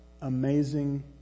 amazing